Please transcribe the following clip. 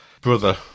brother